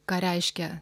ką reiškia